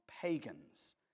pagans